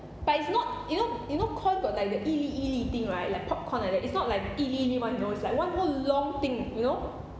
but it's not you know you know corn got like the 一粒一粒 thing right like popcorn like that it's not like 一粒一粒 [one] you know it's like one whole long thing you know